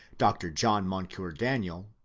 dr. john moncure daniel,